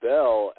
Bell